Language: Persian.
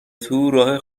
تو، راه